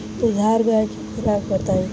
दुधारू गाय के खुराक बताई?